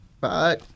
Bye